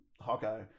Hawkeye